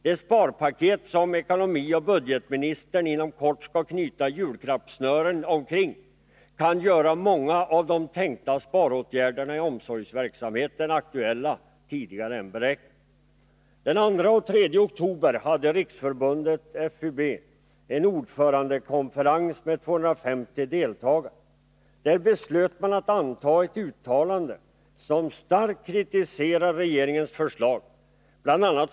Det sparpaket som ekonomioch budgetministern inom kort skall knyta julklappssnören kring kan göra många av de tänkta sparåtgärderna i omsorgsverksamheten aktuella tidigare än beräknat. Den 2 och 3 oktober hade FUB en ordförandekonferens med 250 deltagare. Där beslöt man att anta ett uttalande som starkt kritiserar regeringens förslag. Bl. a.